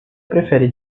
prefere